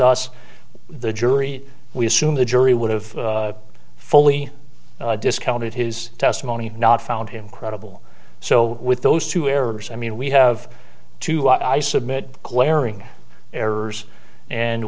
us the jury we assume the jury would have fully discounted his testimony not found him credible so with those two errors i mean we have to i submit glaring errors and